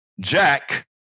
Jack